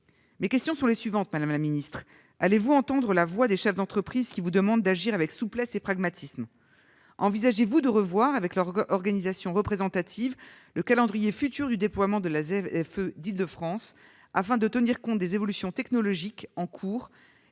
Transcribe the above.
mes questions sont les suivantes : allez-vous entendre la voix des chefs d'entreprise, qui vous demandent d'agir avec souplesse et pragmatisme ? Envisagez-vous de revoir, avec leurs organisations représentatives, le calendrier de déploiement de la ZFE d'Île-de-France, afin de tenir compte des évolutions technologiques en cours